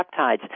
peptides